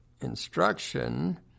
instruction